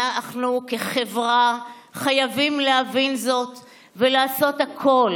אנחנו כחברה חייבים להבין זאת ולעשות הכול